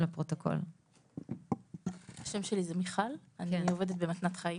אני עובדת במתנת חיים.